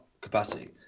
capacity